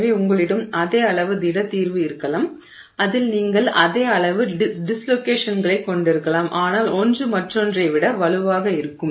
எனவே உங்களிடம் அதே அளவு திட தீர்வு இருக்கலாம் அதில் நீங்கள் அதே அளவு டிஸ்லோகேஷன்களைக் கொண்டிருக்கலாம் ஆனால் ஒன்று மற்றொன்றை விட வலுவாக இருக்கும்